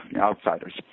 outsiders